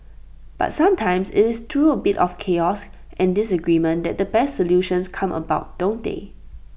but sometimes IT is through A little bit of chaos and disagreement that the best solutions come about don't they